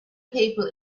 people